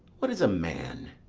what is a man,